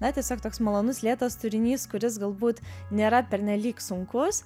na tiesiog toks malonus lėtas turinys kuris galbūt nėra pernelyg sunkus